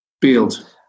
build